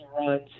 runs